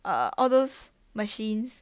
uh all those machines